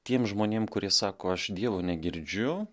tiem žmonėm kurie sako aš dievo negirdžiu